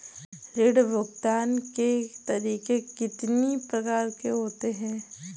ऋण भुगतान के तरीके कितनी प्रकार के होते हैं?